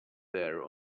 there